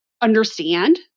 understand